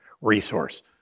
resource